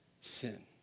sin